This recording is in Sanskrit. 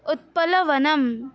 उत्पलवनम्